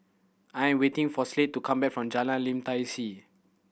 I am waiting for Slade to come back from Jalan Lim Tai See